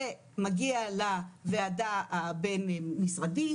זה מגיע לוועדה הבין משרדית,